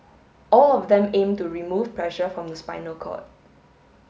all of them aim to remove pressure from the spinal cord